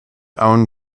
own